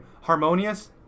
Harmonious